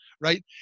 right